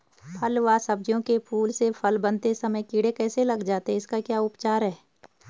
फ़ल व सब्जियों के फूल से फल बनते समय कीड़े कैसे लग जाते हैं इसका क्या उपचार है?